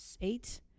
eight